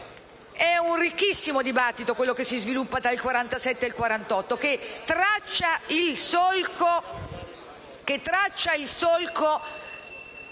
È un ricchissimo dibattito quello che si sviluppa tra il 1947 e il 1948, che traccia il solco